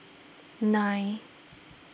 nine